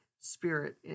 spirit